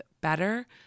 better